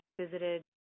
visited